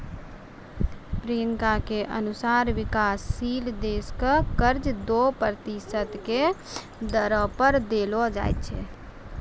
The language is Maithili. प्रियंका के अनुसार विकाशशील देश क कर्जा दो प्रतिशत के दरो पर देलो जाय छै